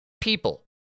people